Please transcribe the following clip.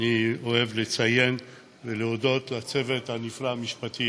אני אוהב לציין ולהודות לצוות המשפטי